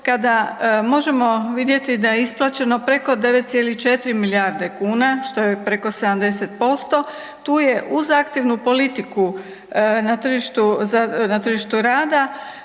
kada možemo vidjeti da je isplaćeno preko 9,4 milijarde kuna, što je preko 70%, tu je uz zahtjevnu politiku na tržištu rada